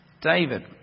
David